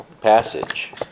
passage